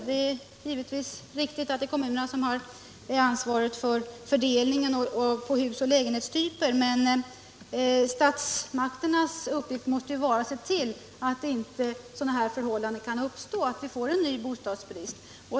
Det är givetvis riktigt att kommunerna har ansvaret för fördelningen på hus och lägenhetstyper, men statsmakternas uppgift måste ju vara att se till att inte sådana förhållanden uppstår att vi får en ny bostadsbrist.